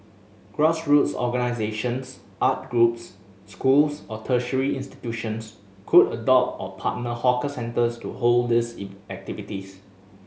grassroots organisations art groups schools or tertiary institutions could adopt or partner hawker centres to hold these activities